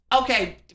Okay